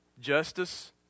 justice